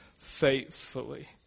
faithfully